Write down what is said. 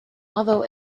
although